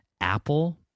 apple